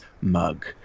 mug